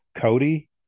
cody